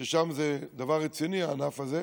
ששם זה דבר רציני, הענף הזה,